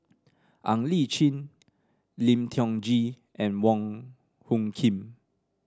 Ng Li Chin Lim Tiong Ghee and Wong Hung Khim